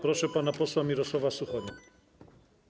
Proszę pana posła Mirosława Suchonia.